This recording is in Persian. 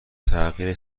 تغییر